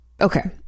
okay